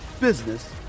business